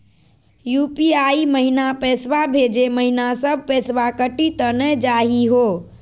UPI महिना पैसवा भेजै महिना सब पैसवा कटी त नै जाही हो?